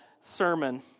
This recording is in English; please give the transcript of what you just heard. sermon